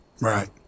Right